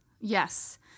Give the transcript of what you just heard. Yes